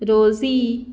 रोजी